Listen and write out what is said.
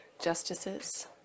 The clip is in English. Justices